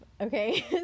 okay